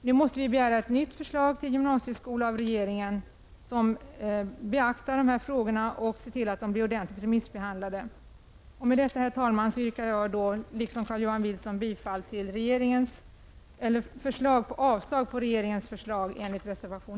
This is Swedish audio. Nu måste vi begära ett nytt förslag till gymnasieskola av regeringen, där man beaktar dessa frågor, och se till att det blir ordentligt remissbehandlat. Herr talman! Med det anförda yrkar jag, liksom